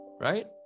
Right